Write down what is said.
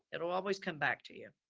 it'll always come back to you.